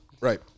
right